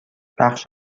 بخش